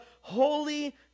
holy